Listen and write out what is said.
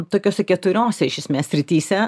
tokiose keturiose iš esmės srityse